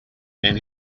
and